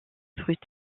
brut